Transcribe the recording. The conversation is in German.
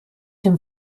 dem